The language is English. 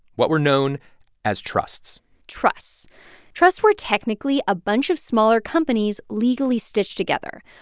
what were known as trusts trusts trusts were technically a bunch of smaller companies legally stitched together.